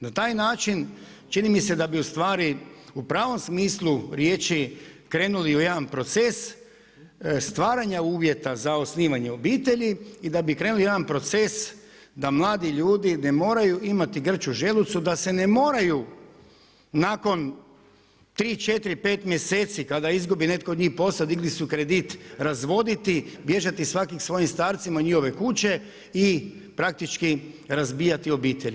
Na taj način čini mi se da bi u stvari u pravom smislu riječi krenuli u jedan proces stvaranja uvjeta za osnivanje obitelji i da bi krenuli u jedan proces da mladi ljudi ne moraju imati grč u želucu, da se ne moraju nakon tri, četiri, pet mjeseci kada izgubi netko od njih posao, digli su kredit razvoditi, bježati svaki k svojim starcima u njihove kuće i praktički razbijati obitelji.